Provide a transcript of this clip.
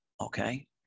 Okay